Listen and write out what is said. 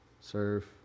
serve